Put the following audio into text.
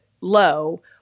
low